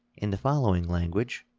in the following language